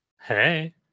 Hey